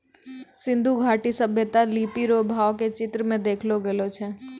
सिन्धु घाटी सभ्यता लिपी रो भाव के चित्र मे देखैलो गेलो छलै